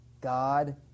God